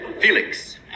Felix